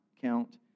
count